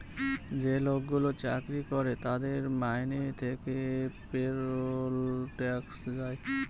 যে লোকগুলো চাকরি করে তাদের মাইনে থেকে পেরোল ট্যাক্স যায়